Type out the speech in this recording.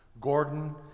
Gordon